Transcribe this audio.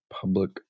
public